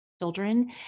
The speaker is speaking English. children